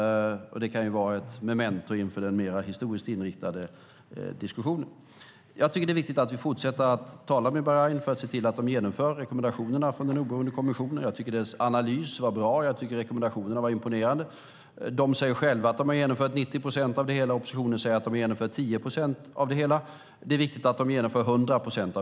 Det kan vara ett memento inför den mer historiskt inriktade diskussionen. Det är viktigt att vi fortsätter tala med Bahrain för att se till att de genomför rekommendationerna från den oberoende kommissionen. Jag tycker att dess analys var bra och att rekommendationerna var imponerande. Ledningen säger att man har genomfört 90 procent, och oppositionen säger 10 procent. Det är viktigt att man genomför 100 procent.